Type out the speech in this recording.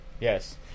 Yes